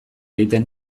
egiten